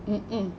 mm mm